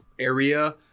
area